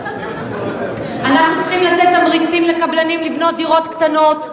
אנחנו צריכים לתת תמריצים לקבלנים לבנות דירות קטנות,